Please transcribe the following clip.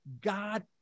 God